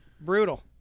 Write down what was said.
brutal